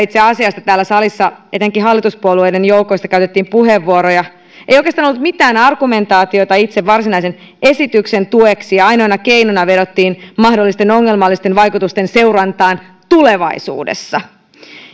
itse asiasta täällä salissa etenkin hallituspuolueiden joukoista käytettiin puheenvuoroja ei oikeastaan ollut mitään argumentaatiota itse varsinaisen esityksen tueksi ja ainoana keinona vedottiin mahdollisten ongelmallisten vaikutusten seurantaan tulevaisuudessa